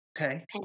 Okay